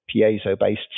piezo-based